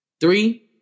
Three